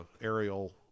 aerial